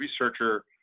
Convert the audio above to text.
researcher